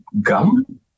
gum